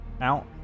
out